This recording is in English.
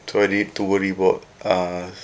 so I don't need to worry about uh